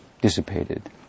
dissipated